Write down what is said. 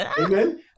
amen